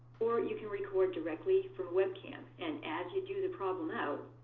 or you can record directly from webcam, and as you do the problem out,